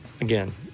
again